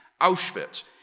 Auschwitz